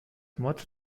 motto